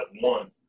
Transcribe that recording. one